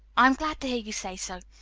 i am glad to hear you say so.